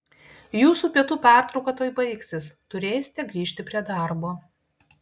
jūsų pietų pertrauka tuoj baigsis turėsite grįžti prie darbo